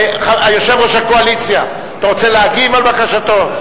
יושב-ראש הקואליציה, אתה רוצה להגיב על בקשתו?